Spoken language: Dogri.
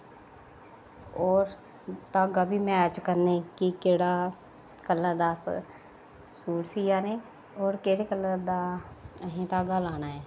होर धागा बी मैच करने गी कि केह्ड़ा कलर दा अस सूट सीआ ने होर केह्ड़े कलर दा आसे धागा लाना ऐ